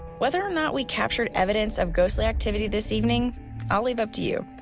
whether or not we captured evidence of ghostly activity this evening i'll leave up to you,